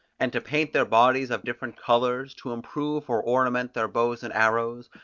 and to paint their bodies of different colours, to improve or ornament their bows and arrows,